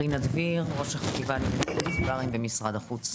רינה דביר ראש החטיבה הקונסולרית במשרד החוץ,